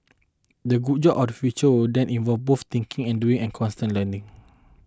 the good job of the future will then involve both thinking and doing and constant learning